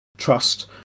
trust